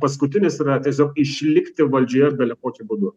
paskutinis yra tiesiog išlikti valdžioje ir belekokiu būdu